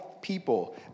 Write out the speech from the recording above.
people